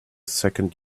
second